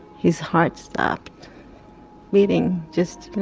his heart stopped beating, just